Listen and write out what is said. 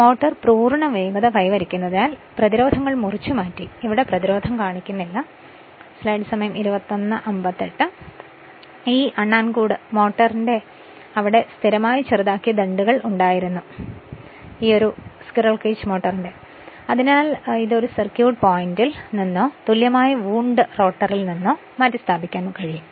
motor പൂർണ്ണ വേഗത കൈവരിക്കുന്നതിനാൽ പ്രതിരോധങ്ങൾ മുറിച്ചുമാറ്റി ഇവിടെ പ്രതിരോധം കാണിക്കുന്നില്ല അതിനാൽ ഈ സ്ക്വിറൽ കേജ് മോട്ടോറിന്റെ റോട്ടറിന് അവിടെ സ്ഥിരമായി ചെറുതാക്കിയ ദണ്ഡുകൾ ഉണ്ടായിരുന്നു അതിനാൽ ഇത് ഒരു സർക്യൂട്ട് പോയിന്റിൽ നിന്നോ തുല്യമായ വൂണ്ട് റോട്ടറിൽ നിന്നോ മാറ്റിസ്ഥാപിക്കാനാകും